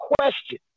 question